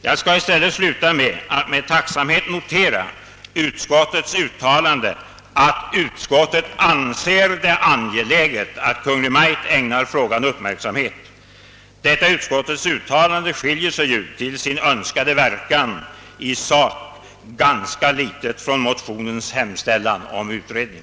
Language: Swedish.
Jag skall i stället sluta med att med tacksamhet notera utskottets uttalande, att utskottet »anser det angeläget att Kungl. Maj:t ägnar frågan uppmärksamhet». Detta utskottets uttalande skiljer sig ju till sin önskade verkan i sak ganska litet från motionens hemställan om utredning.